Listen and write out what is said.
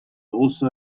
also